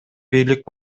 бийлик